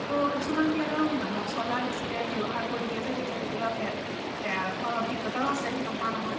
আকৌ কিছুমান বিয়াত আৰু মচলা বেছিকৈ ব্য়ৱহাৰ কৰি দিয়ে যে তেতিয়া কেতিয়াবা পেট বেয়া হোৱাৰ অভিজ্ঞতাও আছে নোহোৱা নহয়